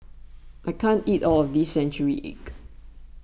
I can't eat all of this Century Egg